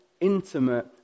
intimate